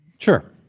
Sure